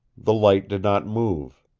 the light did not move.